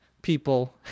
people